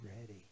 ready